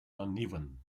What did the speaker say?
uneven